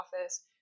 office